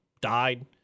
died